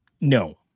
No